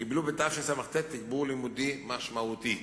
קיבלו בשנת תשס"ט תגבור לימודי משמעותי.